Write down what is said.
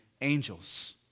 angels